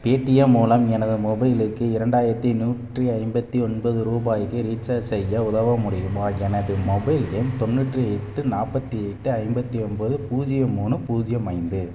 Paytm மூலம் எனது மொபைலுக்கு இரண்டாயிரத்து நூற்றி ஐம்பத்து ஒன்பது ரூபாய்க்கு ரீசார்ஜ் செய்ய உதவ முடியுமா எனது மொபைல் எண் தொண்ணூற்றி எட்டு நாற்பத்தி எட்டு ஐம்பத்து ஒம்பது பூஜ்ஜியம் மூணு பூஜ்ஜியம் ஐந்து